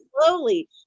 Slowly